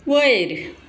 वयर